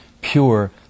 pure